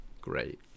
great